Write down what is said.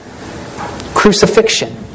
Crucifixion